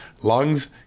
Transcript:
lungs